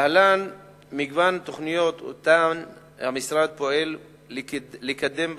להלן מגוון תוכניות שהמשרד פועל לקדם בתחום: